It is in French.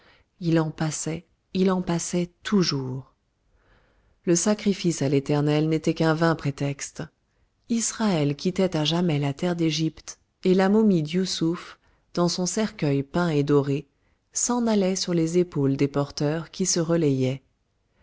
il en passait il en passait toujours le sacrifice à l'éternel n'était qu'un vain prétexte israël quittait à jamais la terre d'égypte et la momie d'yousouf dans son cercueil peint et doré s'en allait sur les épaules des porteurs qui se relayaient